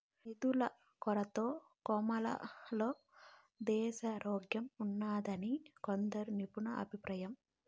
నిధుల కొరతతో కోమాలో దేశారోగ్యంఉన్నాదని కొందరు నిపుణుల అభిప్రాయం